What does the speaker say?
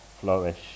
flourish